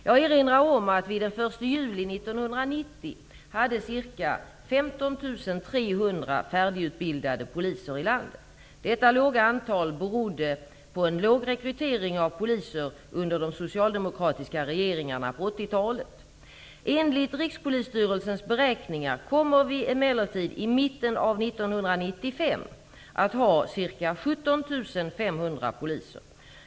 Jag vill erinra om att vi den 1 juli 1990 hade ca 15 300 färdigutbildade poliser i landet. Detta låga antal berodde på en låg rekrytering av poliser under de socialdemokratiska regeringarna på 1980-talet. Enligt Rikspolisstyrelsens beräkningar kommer vi emellertid i mitten av 1995 att ha ca 17 500 poliser.